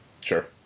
sure